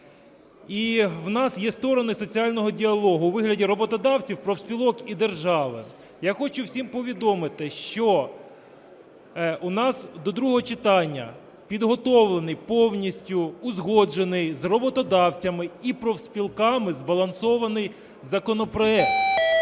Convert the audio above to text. І у нас є сторони соціального діалогу у вигляді роботодавців, профспілок і держави. Я хочу всім повідомити, що у нас до другого читання підготовлений повністю узгоджений з роботодавцями і профспілками збалансований законопроект.